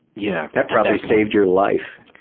yeah that probably saved your life.